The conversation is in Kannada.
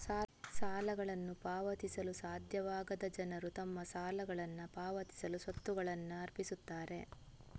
ಸಾಲಗಳನ್ನು ಪಾವತಿಸಲು ಸಾಧ್ಯವಾಗದ ಜನರು ತಮ್ಮ ಸಾಲಗಳನ್ನ ಪಾವತಿಸಲು ಸ್ವತ್ತುಗಳನ್ನ ಅರ್ಪಿಸುತ್ತಾರೆ